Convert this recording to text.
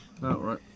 right